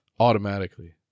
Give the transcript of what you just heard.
Automatically